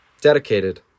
Dedicated